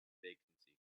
vacancy